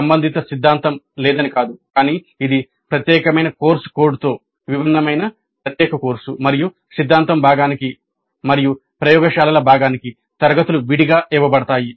సంబంధిత సిద్ధాంతం లేదని కాదు కానీ ఇది ప్రత్యేకమైన కోర్సు కోడ్తో విభిన్నమైన ప్రత్యేక కోర్సు మరియు సిద్ధాంతం భాగానికి మరియు ప్రయోగశాల భాగానికి తరగతులు విడిగా ఇవ్వబడతాయి